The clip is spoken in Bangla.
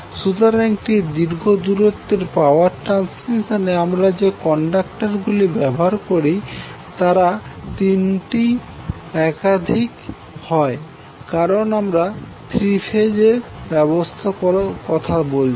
সুতরাং একটি দীর্ঘ দূরত্বের পাওয়ার ট্রান্সমিশনে আমরা যে কন্ডাক্টরগুলি ব্যবহার করি তারা তিনটির একাধিক হয় কারণ আমরা থ্রী ফেজ ব্যবস্থার কথা বলছি